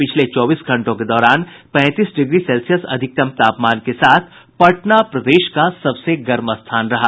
पिछले चौबीस घंटों के दौरान पैंतीस डिग्री सेल्सियस अधिकतम तापमान के साथ पटना प्रदेश के सबसे गर्म स्थान रहा